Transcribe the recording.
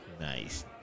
Nice